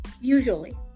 usually